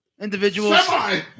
individuals